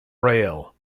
rail